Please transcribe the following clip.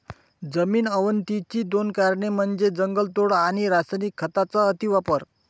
जमीन अवनतीची दोन कारणे म्हणजे जंगलतोड आणि रासायनिक खतांचा अतिवापर